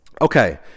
Okay